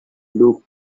look